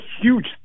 huge